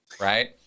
right